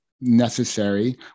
necessary